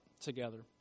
together